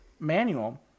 Manual